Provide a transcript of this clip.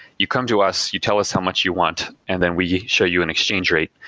you come to us, you tell us how much you want and then we show you an exchange rate.